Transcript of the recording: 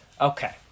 Okay